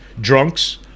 drunks